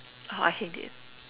oh I hate it